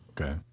Okay